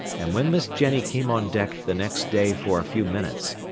and when miss jenny came on deck the next day for a few minutes,